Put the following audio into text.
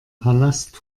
palast